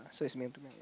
I saw is mail to meal ya